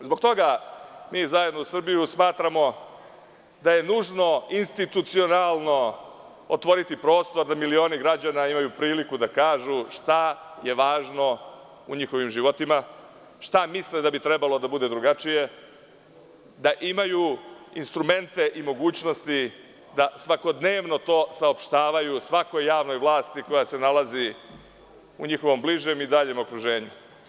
Zbog toga mi ZZS smatramo da je nužno institucionalno otvoriti prostor da milioni građana imaju priliku da kažu šta je važno u njihovim životima, šta misle da bi trebalo da bude drugačije, da imaju instrumente i mogućnosti da svakodnevno to saopštavaju svakoj javnoj vlasti koja se nalazi u njihovom bližem i daljem okruženju.